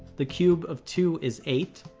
the cube of two is eight.